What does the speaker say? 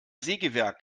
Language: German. sägewerk